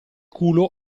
culo